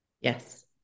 Yes